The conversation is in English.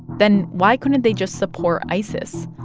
then why couldn't they just support isis?